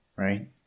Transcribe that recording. right